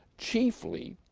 chiefly,